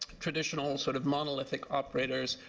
traditional sort of monolithic operators,